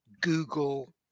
Google